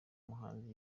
muhanzi